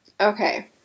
Okay